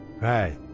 Right